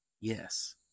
Yes